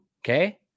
okay